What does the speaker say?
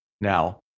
now